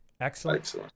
excellent